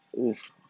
Oof